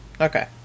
Okay